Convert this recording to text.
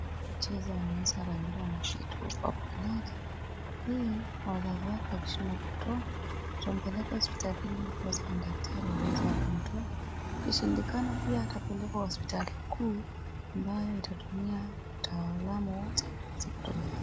Anapo cheza anaweza akaingiliwa na kitu kwa pua lake. Hii, wazazi wakishindwa kukitoa, watampele hospitalini ndiposa madaktari waweze kukimtoa. Kikishindikana pia, atapelekwa hospitali kuu ambayo itatumia utaalamu wote kuweza kuitolewa.